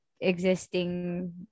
Existing